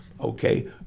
Okay